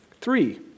Three